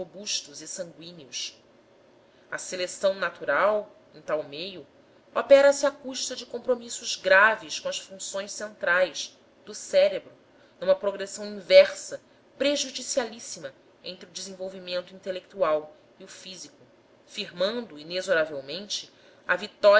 robustos e sangüíneos a seleção natural em tal meio opera se à custa de compromissos graves com as funções centrais do cérebro numa progressão inversa prejudicialíssima entre o desenvolvimento intelectual e o físico firmando inexoravelmente a vitória